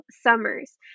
summers